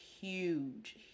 huge